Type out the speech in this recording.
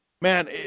Man